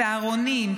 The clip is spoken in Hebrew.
צהרונים,